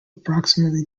approximately